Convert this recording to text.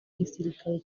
gisirikare